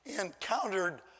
encountered